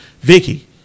Vicky